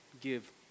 give